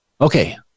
Okay